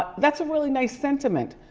that's a really nice sentiment.